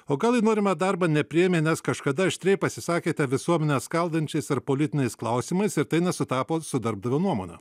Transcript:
o gal į norimą darbą nepriėmė nes kažkada aštriai pasisakėte visuomenę skaldančiais ar politiniais klausimais ir tai nesutapo su darbdavio nuomone